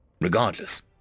Regardless